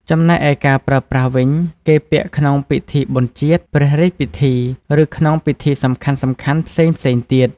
ចំណែកឯការប្រើប្រាស់វិញគេពាក់ក្នុងពិធីបុណ្យជាតិ ព្រះរាជពិធី ឬក្នុងពិធីសំខាន់ៗផ្សេងៗទៀត។